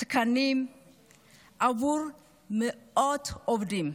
תקנים עבור מאות עובדים,